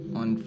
on